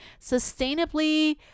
sustainably